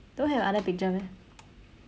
don't have other picture meh